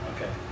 Okay